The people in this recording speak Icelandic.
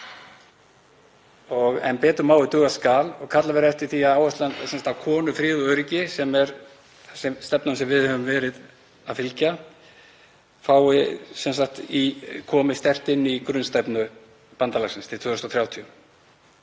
En betur má ef duga skal og kallað verður eftir því að áherslan á konur, frið og öryggi, sem er stefnan sem við höfum verið að fylgja, komi sterkt inn í grunnstefnu bandalagsins til 2030.